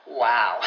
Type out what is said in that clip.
wow